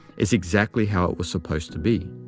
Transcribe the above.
is exactly how it was supposed to be.